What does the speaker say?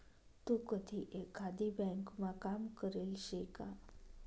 तू कधी एकाधी ब्यांकमा काम करेल शे का?